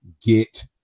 Get